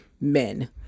men